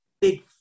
big